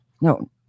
no